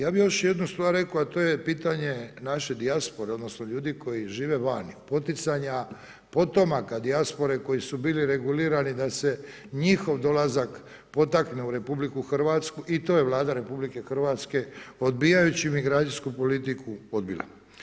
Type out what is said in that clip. Ja bih još jednu stvar rekao, a to je pitanje naše dijaspore odnosno ljudi koji žive vani, poticanja potomaka dijaspore koji su bili regulirani da se njihov dolazak potakne u RH i to je Vlada RH odbijajući migracijsku politiku odbila.